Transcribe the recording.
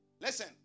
Listen